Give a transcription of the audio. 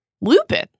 Lupin